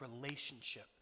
relationship